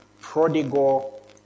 prodigal